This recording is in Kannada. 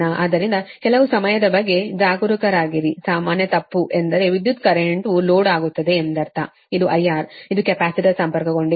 ಆದ್ದರಿಂದ ಕೆಲವು ಸಮಯದ ಬಗ್ಗೆ ಜಾಗರೂಕರಾಗಿರಿ ಸಾಮಾನ್ಯತಪ್ಪು ಎಂದರೆ ವಿದ್ಯುತ್ ಕರೆಂಟ್ವು ಲೋಡ್ ಆಗುತ್ತದೆ ಎಂದರ್ಥ ಇದು IR ಇದು ಕೆಪಾಸಿಟರ್ ಸಂಪರ್ಕಗೊಂಡಿದ್ದರೆ ಇದು ತಪ್ಪಾಗಿದೆ